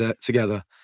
together